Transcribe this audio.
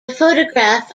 photograph